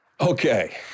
Okay